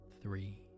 three